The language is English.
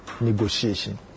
negotiation